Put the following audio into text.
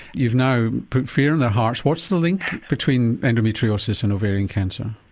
you've now put fear in their hearts what's the link between endometriosis and ovarian cancer?